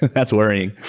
that's worrying